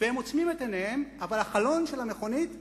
הם עוצמים את עיניהם, אבל החלון של המכונית פתוח,